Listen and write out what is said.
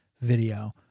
video